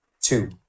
Two